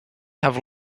have